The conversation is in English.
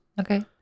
Okay